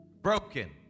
Broken